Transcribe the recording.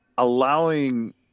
Allowing